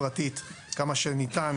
נקודת האל חזור פה עוד שבע שנים,